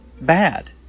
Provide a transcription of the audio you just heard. bad